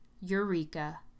Eureka